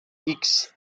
hicks